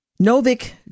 Novik